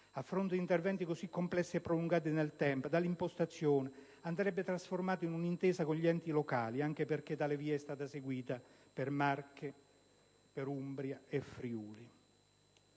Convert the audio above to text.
A fronte di interventi così complessi e prolungati nel tempo, tale impostazione andrebbe trasformata in un'intesa con gli enti locali, anche perché tale via è stata seguita per Marche, Umbria e Friuli.